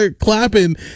clapping